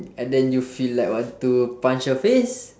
and then you feel like want to punch her face